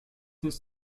ist